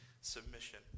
submission